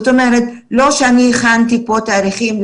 זה לא שאני הכנתי פה תאריכים,